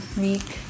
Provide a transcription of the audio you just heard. week